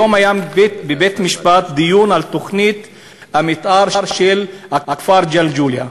היום היה בבית-משפט דיון על תוכנית המתאר של הכפר ג'לג'וליה.